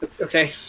okay